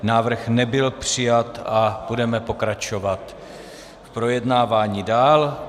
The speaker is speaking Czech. Návrh nebyl přijat a budeme pokračovat v projednávání dál.